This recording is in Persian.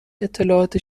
اطلاعات